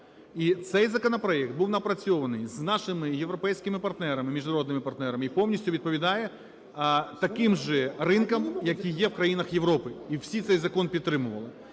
І цей законопроект був напрацьований з нашими європейськими партнерами, міжнародними партнерами і повністю відповідає таким же ринкам, які є в країнах Європи. І всі цей закон підтримали.